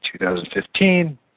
2015